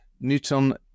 newton